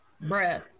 breath